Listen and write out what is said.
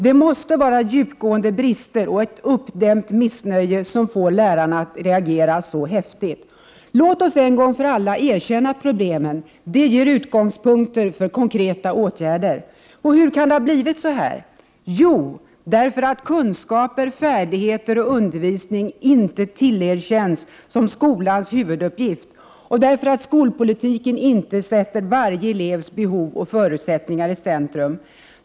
Det måste vara djupgående brister och ett uppdämt missnöje som får lärarna att reagera så häftigt! Låt oss en gång för alla erkänna problemen. Det ger utgångspunkter för konkreta åtgärder! Hur kan det ha blivit så här? Jo, därför att kunskaper, färdigheter och undervisning inte erkänns som skolans huvuduppgift och därför att skolpolitiken inte sätter varje elevs behov och förutsättningar i centrum.